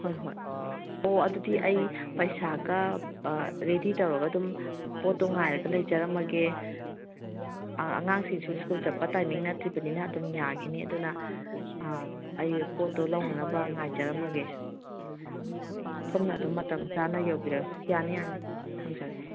ꯍꯣꯏ ꯍꯣꯏ ꯑꯣ ꯑꯗꯨꯗꯤ ꯑꯩ ꯄꯩꯁꯥꯒ ꯔꯦꯗꯤ ꯇꯧꯔꯒ ꯑꯗꯨꯝ ꯄꯣꯠꯇꯣ ꯉꯥꯏꯔꯒ ꯂꯩꯖꯔꯝꯃꯒꯦ ꯑꯉꯥꯡꯁꯤꯡꯁꯨ ꯁ꯭ꯀꯨꯜ ꯆꯠꯄ ꯇꯥꯏꯃꯤꯡ ꯅꯠꯇ꯭ꯔꯤꯕꯅꯤꯅ ꯑꯗꯨꯝ ꯌꯥꯈꯤꯅꯤ ꯑꯗꯨꯅ ꯑꯩ ꯄꯣꯠꯇꯣ ꯂꯧꯅꯅꯕ ꯉꯥꯏꯖꯔꯝꯃꯒꯦ ꯁꯣꯝꯅ ꯑꯗꯨꯝ ꯃꯇꯝ ꯆꯥꯅ ꯌꯧꯕꯤꯔꯛꯎ ꯌꯥꯅꯤ ꯌꯥꯅꯤ ꯊꯝꯖꯔꯦ